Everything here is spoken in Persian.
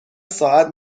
ساعت